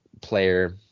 player